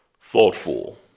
thoughtful